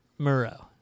Murrow